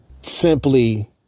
simply